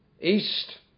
east